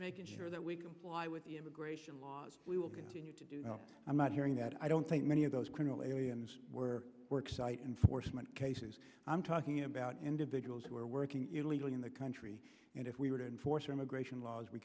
making sure that we comply with the immigration laws we will continue to do i'm not hearing that i don't think many of those criminal aliens were work site enforcement cases i'm talking about individuals who are working illegally in the country and if we were to enforce our immigration laws we